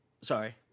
sorry